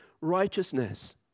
righteousness